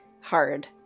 hard